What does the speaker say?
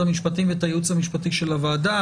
המשפטים ואת הייעוץ המשפטי של הוועדה,